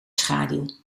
schaduw